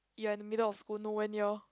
you are at the middle of school no where near